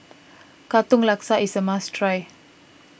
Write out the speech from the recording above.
Katong Laksa is a must try